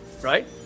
Right